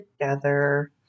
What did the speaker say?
together